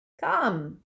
Come